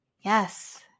yes